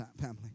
family